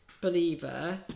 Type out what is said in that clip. believer